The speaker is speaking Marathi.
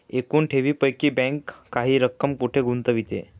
एकूण ठेवींपैकी बँक काही रक्कम कुठे गुंतविते?